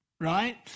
Right